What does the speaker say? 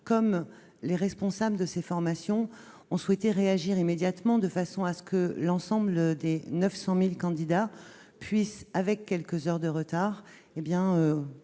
comme les responsables de ces formations ont réagi immédiatement de façon à ce que l'ensemble des 900 000 candidats puissent, avec quelques heures de retard,